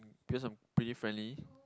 because I'm pretty friendly